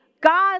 God